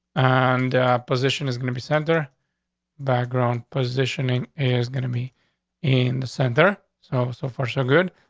and position is gonna be center background positioning is gonna be in the center, so, so far, so good.